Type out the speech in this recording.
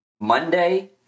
Monday